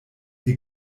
ihr